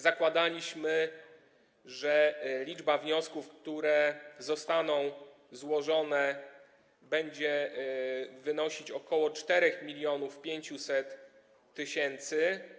Zakładaliśmy, że liczba wniosków, które zostaną złożone, będzie wynosić ok. 4500 tys.